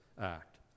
act